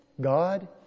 God